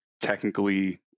technically